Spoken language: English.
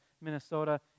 Minnesota